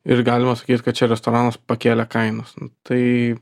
ir galima sakyt kad čia restoranas pakėlė kainas tai